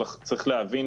צריך להבין